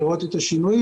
לראות את השינויים.